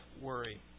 worry